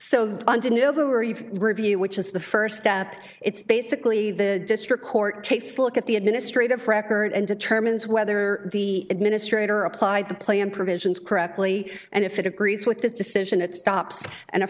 the review which is the first step it's basically the district court takes look at the administrative record and determines whether the administrator applied the plan provisions correctly and if it agrees with this decision it stops and a